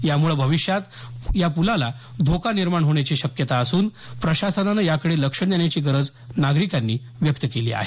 यामुळे भविष्यात पुलास धोका निर्माण होण्याची शक्यता असून प्रशासनाने याकडे लक्ष देण्याची गरज नागरिकांनी व्यक्त केली आहे